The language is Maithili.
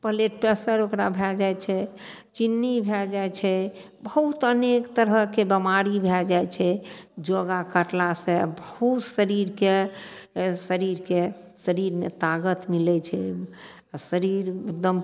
ब्लड प्रेशर ओकरा भए जाइ छै चिन्नी भए जाइ छै बहुत अनेक तरहके बीमारी भए जाइ छै योगा करलासँ बहुत शरीरके शरीरके शरीरमे तागत मिलय छै आओर शरीर एकदम